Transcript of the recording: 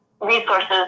resources